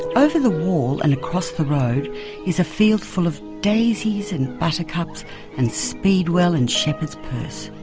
over the wall and across the road is a field full of daisies and buttercups and speedwell and shepherd's purse.